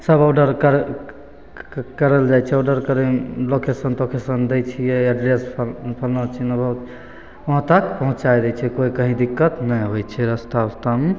सब ऑडर कर करल जाइ छै ऑडर करैमे लोकेशन तोकेशन दै छिए एड्रेसपर फल्लाँ चिन्हबो वहाँतक पहुँचै दै छै कोइ कहीँ दिक्कत नहि होइ छै रस्ता उस्तामे